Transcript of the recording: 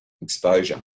exposure